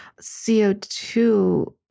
CO2